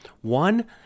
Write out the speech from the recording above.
one